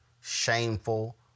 shameful